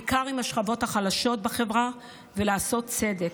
בעיקר עם השכבות החלשות בחברה ולעשות צדק.